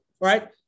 right